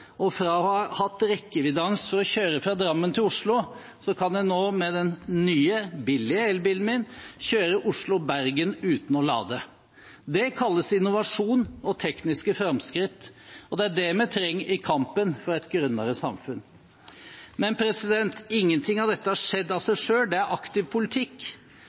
og fra å ha hatt rekkeviddeangst for å kjøre fra Drammen til Oslo kan jeg nå – med den nye, billige elbilen min – kjøre Oslo–Bergen uten å lade. Det kalles innovasjon og tekniske framskritt, og det er det vi trenger i kampen for et grønnere samfunn. Men ingenting av dette har skjedd av seg selv. Det er aktiv politikk.